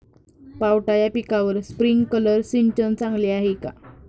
पावटा या पिकासाठी स्प्रिंकलर सिंचन चांगले आहे का?